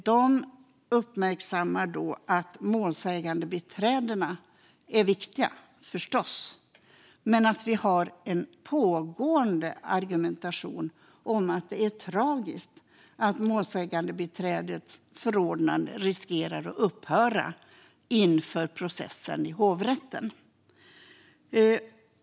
De uppmärksammar att målsägandebiträden förstås är viktiga men att en argumentation pågår om att det är tragiskt att målsägandebiträdets förordnande riskerar att upphöra inför process i hovrätten.